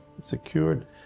secured